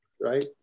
right